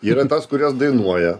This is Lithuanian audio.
yra tas kurias dainuoja